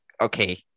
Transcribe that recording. Okay